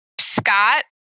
Scott